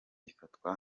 ifatwa